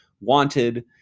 wanted